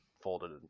folded